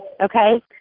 Okay